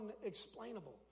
unexplainable